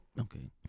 okay